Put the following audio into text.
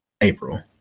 April